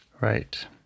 right